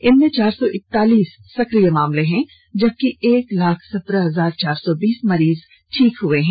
इनमें चार सौ एकतालीस सक्रिय केस हैं जबकि एक लाख सत्रह हजार चार सौ बीस मरीज ठीक हुए हैं